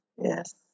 Yes